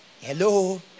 Hello